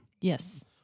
Yes